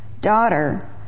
daughter